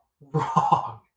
wrong